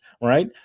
right